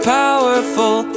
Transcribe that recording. powerful